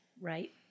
right